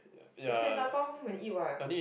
we can dabao home and eat what